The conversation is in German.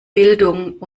bildung